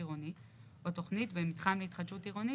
עירונית או תכנית במתחם להתחדשות עירונית,